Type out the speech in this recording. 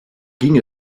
ging